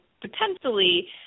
potentially